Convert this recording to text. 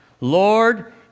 Lord